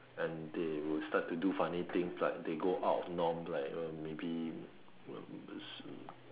and they will start to do funny things like they go out norm like uh maybe